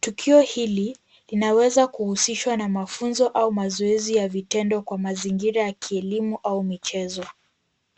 Tukio hili linaweza kuhusishwa na mafunzo au mazoezi ya vitendo kwa mazingira ya kielimu au michezo.